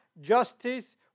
justice